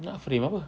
nak frame apa